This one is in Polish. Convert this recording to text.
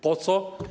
Po co?